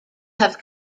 have